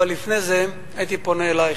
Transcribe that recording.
אבל לפני זה הייתי פונה אלייך.